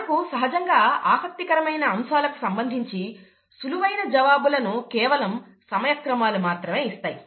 మనకు సహజంగా ఆసక్తికరమైన అంశాలకు సంబంధించి సులువైన జవాబులను కేవలం సమయక్రమాలు మాత్రమే ఇస్తాయి